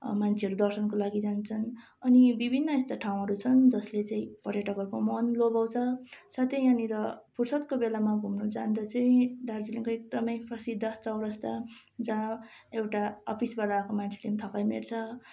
मान्छेहरू दर्शनको लागि जान्छन् अनि यो विभिन्न यस्ता ठाउँहरू छन् जसले चाहिँ पर्यटकहरूको मन लोभ्याउँछ साथै यहाँनिर फुर्सतको बेलामा घुम्नु जाँदा चाहिँ दार्जिलिङको एकदमै प्रसिद्ध चौरस्ता जहाँ एउटा अफिसबाट आएको मान्छेले पनि थकाइ मेट्छ